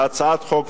להצעת החוק,